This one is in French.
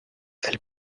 elle